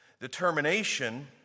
Determination